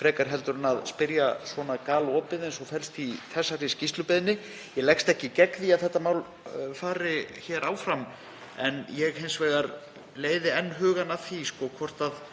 frekar en að spyrja svona galopið eins og felst í þessari skýrslubeiðni. Ég leggst ekki gegn því að þetta mál fari hér áfram en ég leiði enn hugann að því hvort við